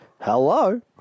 hello